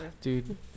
Dude